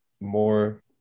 more